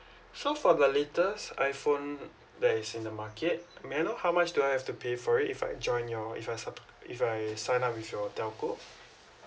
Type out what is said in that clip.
so for the latest iphone that is in the market may I know how much do I have to pay for it if I join your if I sub~ if I sign up with your telco